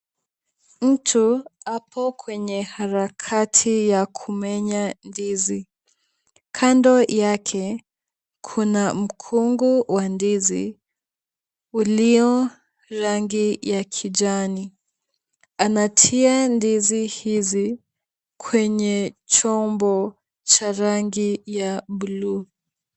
Mtu ako kwenye harakati ya kumenya ndizi ,kando yake kuna mkongwe wa ndizi ulio rangi ya kijani ,anatia ndizi hizi kwenye chombo cha rangi ya bluu .